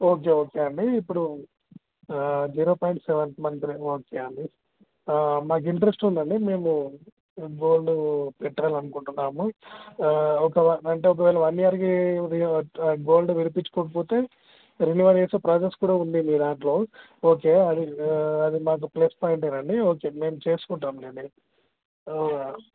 okay okay అండి ఇప్పుడు zero points seven months okay అండి మాకు ఇంట్రస్ట్ ఉంది అండి మేము గోల్డ్ పెట్టాలి అనుకుంటున్నాము ఒకవేళ అంటే ఒకవేళ వన్ ఇయర్కి గోల్డ్ విడిపించుకోకపోతే రెన్యువల్ చేసే ప్రాసెస్ కూడా ఉంది మీ దాంట్లో ఓకే అది అది మాకు ప్లస్ పాయింట్ అండి ఓకే మేము చేసుకుంటాం లేండి